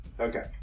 Okay